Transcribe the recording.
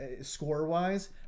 score-wise